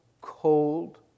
cold